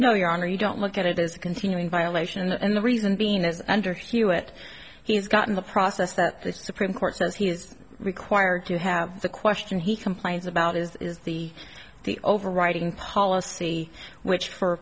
no your honor you don't look at it as a continuing violation and the reason being is under hewitt he's gotten the process that the supreme court says he is required to have the question he complains about is the the overriding policy which for